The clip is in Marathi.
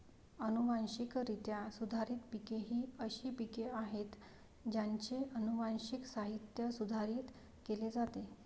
अनुवांशिकरित्या सुधारित पिके ही अशी पिके आहेत ज्यांचे अनुवांशिक साहित्य सुधारित केले जाते